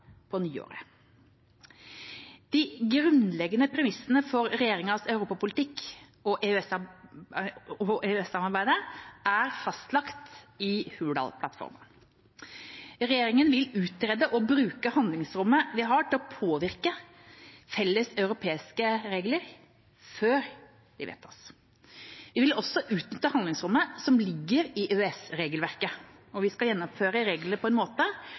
på nyåret. De grunnleggende premissene for regjeringas europapolitikk og EØS-samarbeidet er fastlagt i Hurdalsplattformen. Regjeringa vil utrede og bruke handlingsrommet vi har, til å påvirke felles europeiske regler før de vedtas. Vi vil også utnytte handlingsrommet som ligger i EØS-regelverket. Vi skal gjennomføre reglene på en måte